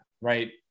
Right